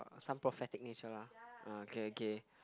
some prophetic nature lah ah okay okay